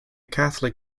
catholic